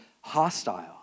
hostile